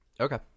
Okay